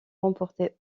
remporté